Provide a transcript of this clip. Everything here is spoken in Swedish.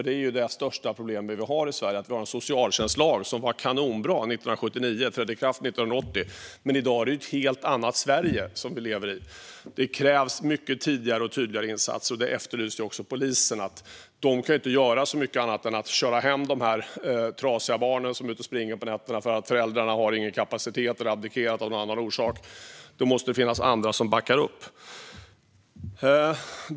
Det är nämligen det största problemet vi har i Sverige: Vi har en socialtjänstlag som var kanonbra när den trädde i kraft 1980, men i dag är det ett helt annat Sverige vi lever i. Det krävs mycket tidigare och tydligare insatser Detta efterlyste också polisen. De kan inte göra så mycket annat än att köra hem de här trasiga barnen, som är ute och springer på nätterna eftersom föräldrarna inte har kapacitet eller har abdikerat av någon annan orsak. Det måste finnas andra som backar upp.